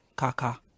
Kaka